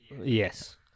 Yes